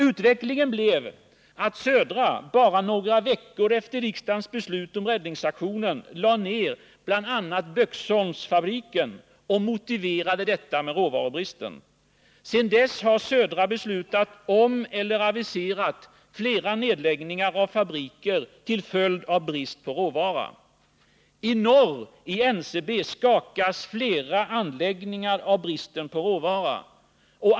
Utvecklingen blev att Södra Skogsägarna bara några veckor efter riksdagens beslut om räddningsaktionen lade ner bl.a. Böksholmsfabriken | och motiverade detta med råvarubristen. Sedan dess har Södra Skogsägarna beslutat om eller aviserat flera nedläggningar av fabriker till följd av | råvarubrist. I norr, i NCB, skakas flera anläggningar av bristen på råvara.